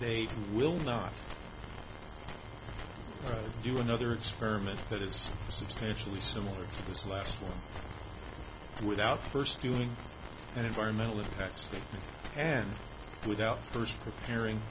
they will not do another experiment that is substantially similar to this last one without first doing an environmental impact statement and without first preparing